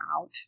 out